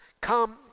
Come